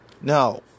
No